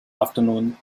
afternoon